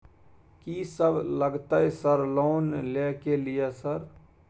कि सब लगतै सर लोन ले के लिए सर?